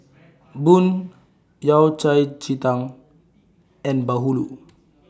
Bun Yao Cai Ji Tang and Bahulu